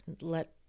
Let